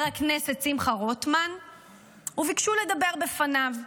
הכנסת שמחה רוטמן וביקשו לדבר בפניו.